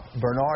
Bernard